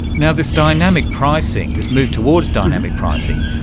you know this dynamic pricing, this move towards dynamic pricing,